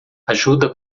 ajuda